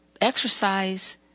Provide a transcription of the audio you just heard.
exercise